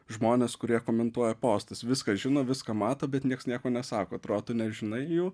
žmonės kurie komentuoja postus viską žino viską mato bet nieks nieko nesako atrodo tu nežinai jų